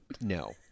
No